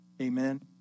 Amen